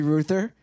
Ruther